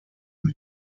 mit